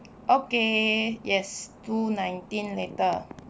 okay yes two nineteen later